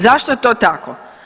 Zašto je to tako?